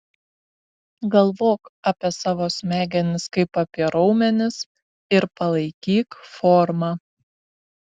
galvok apie savo smegenis kaip apie raumenis ir palaikyk formą